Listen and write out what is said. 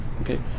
Okay